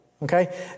Okay